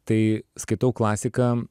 tai skaitau klasiką